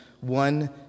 one